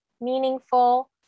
meaningful